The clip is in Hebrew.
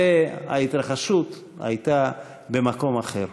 וההתרחשות הייתה במקום אחר.